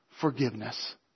forgiveness